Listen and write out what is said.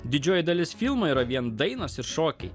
didžioji dalis filmo yra vien dainos ir šokiai